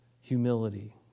humility